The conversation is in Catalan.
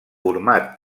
format